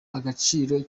agaciro